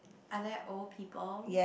are they old people